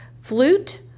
flute